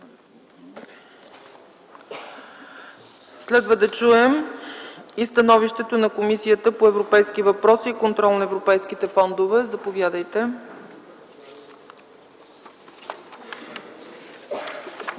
Следва да чуем и Становището на Комисията по европейските въпроси и контрол на европейските фондове. Заповядайте,